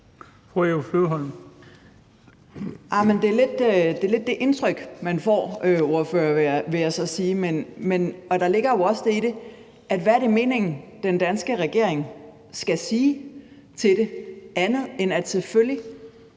Det er lidt det indtryk, man får, ordfører, vil jeg så sige. Men hvad er det meningen, den danske regering skal sige til det, andet end at selvfølgelig